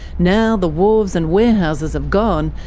now the wharves and warehouses have gone,